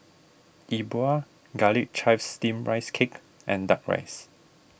Yi Bua Garlic Chives Steamed Rice Cake and Duck Rice